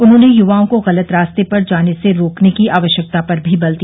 उन्होंने युवाओं को गलत रास्ते पर जाने से रोकने की आवश्यकता पर भी बल दिया